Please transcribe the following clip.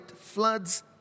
floods